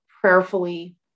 prayerfully